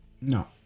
No